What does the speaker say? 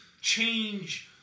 change